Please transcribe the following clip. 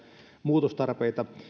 muutostarpeita